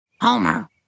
Homer